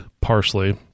parsley